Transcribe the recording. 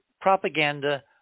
propaganda